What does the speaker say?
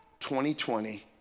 2020